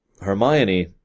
Hermione